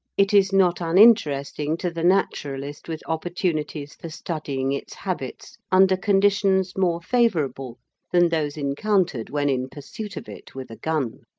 it is not uninteresting to the naturalist with opportunities for studying its habits under conditions more favourable than those encountered when in pursuit of it with a gun.